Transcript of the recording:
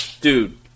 Dude